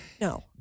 No